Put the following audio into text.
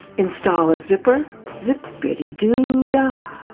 install a zipper zippidee-doo-dah!